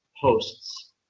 posts